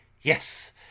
yes